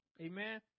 Amen